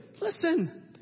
Listen